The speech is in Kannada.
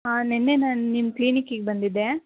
ಹಾಂ ನಿನ್ನೆ ನಾನು ನಿಮ್ಮ ಕ್ಲಿನಿಕಿಗೆ ಬಂದಿದ್ದೆ